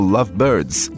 Lovebirds